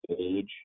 Age